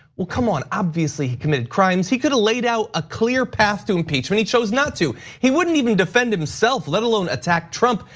well come on, obviously, he committed crimes. he could've laid out a clear path to impeachment he chose not to. he wouldn't even defend himself let alone attack trump.